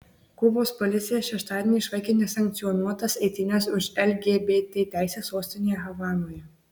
kubos policija šeštadienį išvaikė nesankcionuotas eitynes už lgbt teises sostinėje havanoje